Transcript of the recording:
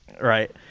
right